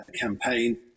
campaign